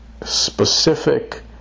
specific